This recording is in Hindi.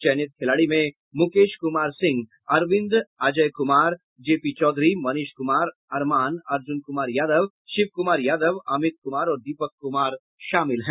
चयनित खिलाड़ी में मुकेश कुमार सिंह अरविंद अजय कुमार जेपी चौधरी मनीष कुमार अरमान अर्जुन कुमार यादव शिव कुमार यादव अमित कुमार और दीपक कुमार शामिल हैं